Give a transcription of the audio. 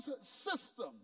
system